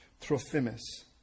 Trophimus